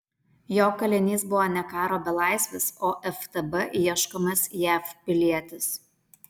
jo kalinys buvo ne karo belaisvis o ftb ieškomas jav pilietis